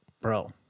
Bro